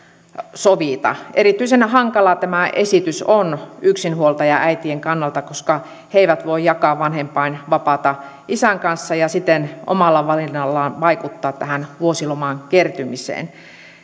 sovita erityisen hankala tämä esitys on yksinhuoltajaäitien kannalta koska he eivät voi jakaa vanhempainvapaata isän kanssa ja siten omalla valinnallaan vaikuttaa tähän vuosiloman kertymiseen